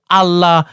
alla